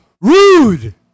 Rude